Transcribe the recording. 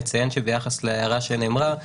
נציין שביחס להערה שנאמרה,